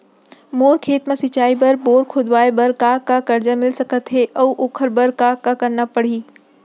मोर खेत म सिंचाई बर बोर खोदवाये बर का का करजा मिलिस सकत हे अऊ ओखर बर का का करना परही?